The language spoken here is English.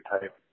type